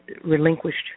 relinquished